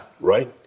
right